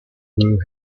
grew